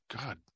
god